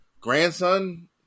grandson